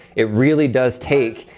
it really does take,